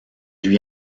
lui